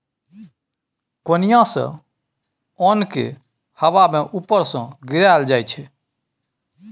कोनियाँ सँ ओन केँ हबा मे उपर सँ गिराएल जाइ छै